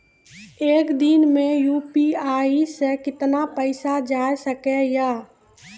एक दिन मे यु.पी.आई से कितना पैसा जाय सके या?